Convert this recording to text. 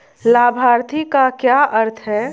लाभार्थी का क्या अर्थ है?